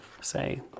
say